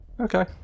Okay